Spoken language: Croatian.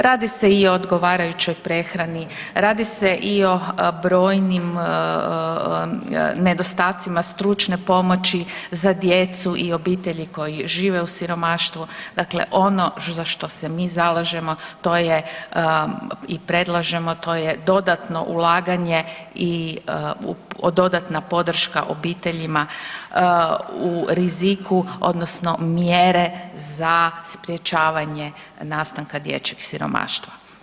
Radi se i o odgovarajućoj prehrani, radi se i o brojnim nedostacima stručne pomoći za djecu i obitelji koji žive u siromaštvu, dakle ono za što se mi zalažemo i predlažemo to je dodatno ulaganje i dodatna podrška obiteljima u riziku odnosno mjere za sprječavanje nastanka dječjeg siromaštva.